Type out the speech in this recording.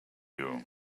you